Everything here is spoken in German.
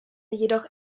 jedoch